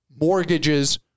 mortgages